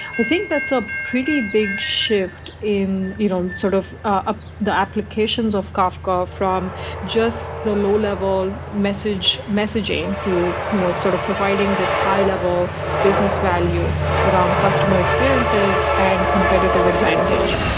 i think that's a pretty big shift in you know sort of ah the applications of kafka from just the low-level message messaging to you know sort of providing this high-level business value around but um customer experiences and competitive advantage.